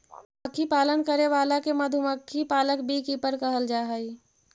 मधुमक्खी पालन करे वाला के मधुमक्खी पालक बी कीपर कहल जा हइ